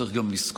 צריך גם לזכור